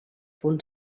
punt